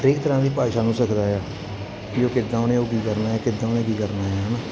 ਹਰੇਕ ਤਰ੍ਹਾਂ ਦੀ ਭਾਸ਼ਾ ਨੂੰ ਸਿੱਖਦਾ ਹੈ ਜੋ ਕਿੱਦਾਂ ਉਹਨੇ ਕੀ ਕਰਨਾ ਹਾਂ ਕਿੱਦਾਂ ਉਹਨੇ ਕੀ ਕਰਨਾ ਹੈ ਹੈ ਨਾ